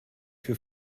für